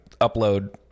upload